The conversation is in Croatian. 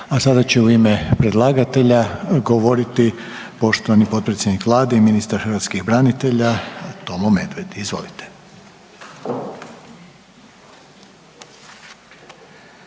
I sada će u ime predlagatelja završno govoriti potpredsjednik Vlade i ministar hrvatskih branitelja, poštovani Tomo Medved. Izvolite.